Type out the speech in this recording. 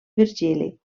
virgili